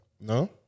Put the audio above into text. No